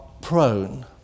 prone